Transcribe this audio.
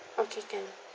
okay can